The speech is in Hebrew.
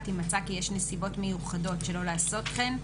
אם מצא כי יש נסיבות מיוחדות שלא לעשות כן,